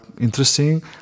interesting